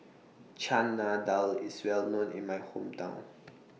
Chana Dal IS Well known in My Hometown